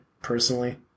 personally